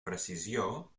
precisió